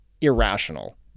irrational